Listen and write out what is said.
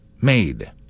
made